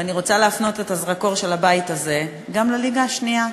ואני רוצה להפנות את הזרקור של הבית הזה גם לליגה השנייה,